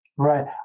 Right